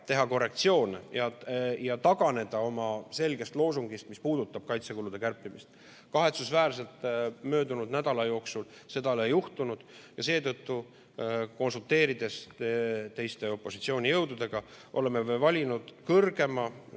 teha korrektsioone ja taganeda oma selgest loosungist, mis puudutab kaitsekulude kärpimist. Kahetsusväärselt seda möödunud nädala jooksul ei juhtunud. Seetõttu, konsulteerides teiste opositsioonijõududega, oleme valinud kõrgema